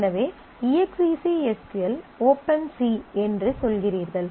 எனவே E X E C S Q L open C என்று சொல்கிறீர்கள்